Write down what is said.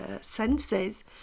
senses